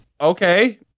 okay